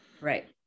right